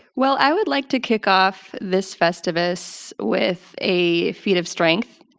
well i would like to kick off this festivus with a feat of strength